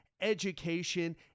education